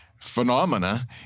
phenomena